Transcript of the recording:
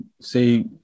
say